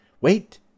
Wait